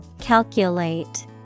Calculate